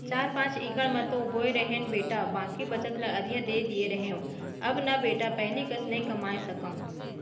चार पॉंच इकड़ म तो बोए रहेन बेटा बाकी बचत ल अधिया दे दिए रहेंव अब न बेटा पहिली कस नइ कमाए सकव